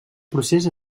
procés